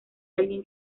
alguien